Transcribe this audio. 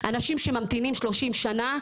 אנשים שממתינים 30 שנה,